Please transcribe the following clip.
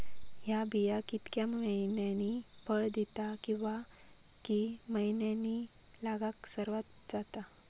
हया बिया कितक्या मैन्यानी फळ दिता कीवा की मैन्यानी लागाक सर्वात जाता?